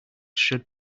should